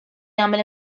jagħmel